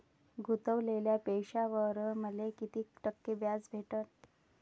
गुतवलेल्या पैशावर मले कितीक टक्के व्याज भेटन?